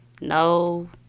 No